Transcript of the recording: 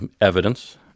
evidence